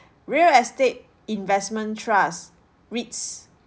real estate investment trust REITs